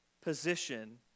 position